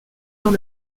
dans